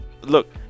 look